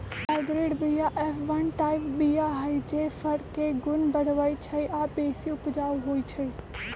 hybrid बीया F one type बीया हई जे फर के गुण बढ़बइ छइ आ बेशी उपजाउ होइ छइ